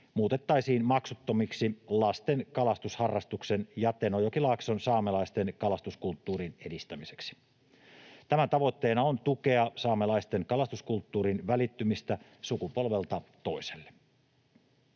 muutettaisiin maksuttomiksi lasten kalastusharrastuksen ja Tenojokilaakson saamelaisten kalastuskulttuurin edistämiseksi. Tämän tavoitteena on tukea saamelaisten kalastuskulttuurin välittymistä sukupolvelta toiselle.